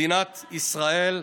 מדינת ישראל.